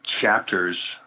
chapters